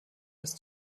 ist